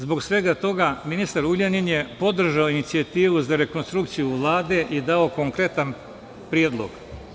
Zbog svega toga ministar Ugljanin je podržao inicijativu za rekonstrukciju Vlade i dao konkretan predlog.